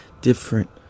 different